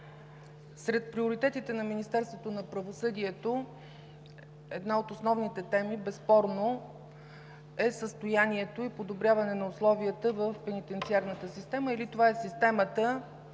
сред приоритетите на Министерството на правосъдието една от основните теми безспорно е състоянието и подобряването на условията в пенитенциарната система, или това е системата